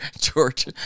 George